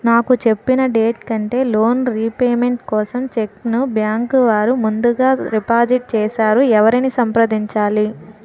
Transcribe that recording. నాకు చెప్పిన డేట్ కంటే లోన్ రీపేమెంట్ కోసం చెక్ ను బ్యాంకు వారు ముందుగా డిపాజిట్ చేసారు ఎవరిని సంప్రదించాలి?